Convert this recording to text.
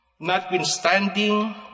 notwithstanding